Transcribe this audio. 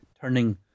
turning